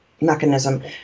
mechanism